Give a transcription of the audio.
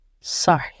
Sorry